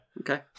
Okay